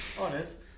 Honest